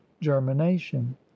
germination